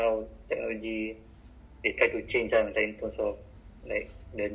so seven days tak payah pergi kerja ah just somewhere else ah